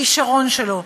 בכישרון שלו,